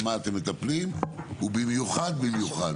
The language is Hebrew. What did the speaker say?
במה אתם מטפלים ובמיוחד במיוחד,